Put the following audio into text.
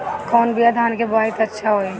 कौन बिया धान के बोआई त अच्छा होई?